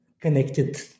connected